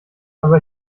aber